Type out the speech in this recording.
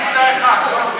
משרד הביטחון,